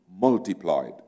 multiplied